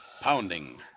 Pounding